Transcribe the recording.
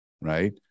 Right